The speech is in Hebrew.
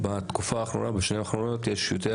בתקופה האחרונה ובשנים האחרונות יש יותר